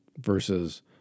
versus